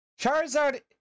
Charizard